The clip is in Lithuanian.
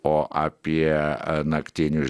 o apie naktinius